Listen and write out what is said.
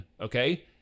okay